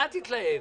אל תתלהב.